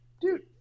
dude